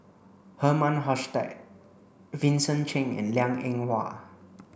Herman Hochstadt Vincent Cheng and Liang Eng Hwa